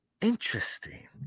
Interesting